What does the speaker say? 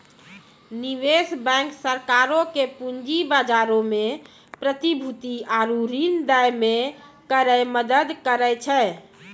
निवेश बैंक सरकारो के पूंजी बजारो मे प्रतिभूति आरु ऋण दै मे करै मदद करै छै